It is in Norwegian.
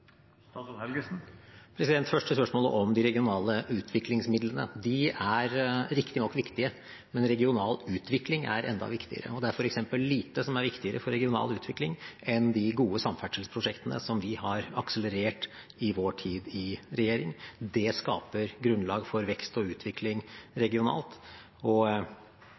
Først til spørsmålet om de regionale utviklingsmidlene. De er riktignok viktige, men regional utvikling er enda viktigere. Det er f.eks. lite som er viktigere for regional utvikling enn de gode samferdselsprosjektene som vi har akselerert i vår tid i regjering. Det skaper grunnlag for vekst og utvikling regionalt og